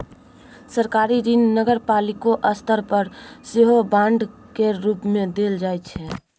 सरकारी ऋण नगरपालिको स्तर पर सेहो बांड केर रूप मे देल जाइ छै